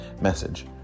message